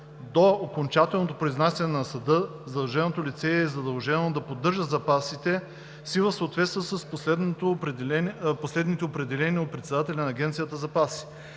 До окончателното произнасяне на съда задълженото лице е длъжно да поддържа запасите си в съответствие с последните определени от председателя на агенцията запаси.